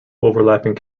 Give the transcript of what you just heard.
overlapping